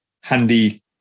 handy